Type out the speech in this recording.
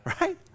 right